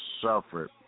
suffered